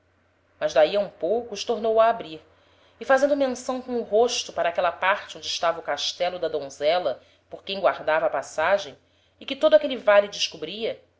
mas d'ahi a um pouco os tornou a abrir e fazendo menção com o rosto para aquela parte onde estava o castelo da donzela por quem guardava a passagem e que todo aquele vale descobria